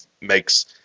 makes